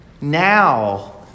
now